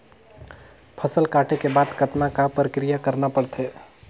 फसल काटे के बाद कतना क प्रक्रिया करना पड़थे?